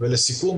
לסיכום,